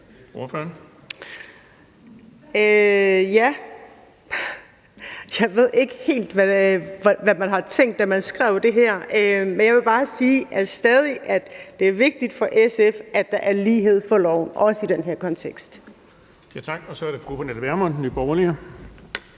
Jeg ved ikke helt, hvad man har tænkt, da man skrev det her, men jeg vil bare sige, at det stadig er vigtigt for SF, at der er lighed for loven, også i den her kontekst. Kl. 13:40 Den fg. formand (Erling